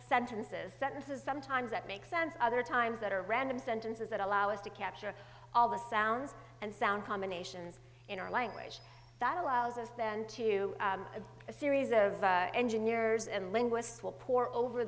sentences sentences sometimes that make sense other times that are random sentences that allow us to capture all the sounds and sound combinations in our language that allows us then to a series of engineers and linguists will pour over